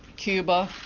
cuba,